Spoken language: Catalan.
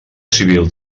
civil